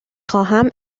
خواهم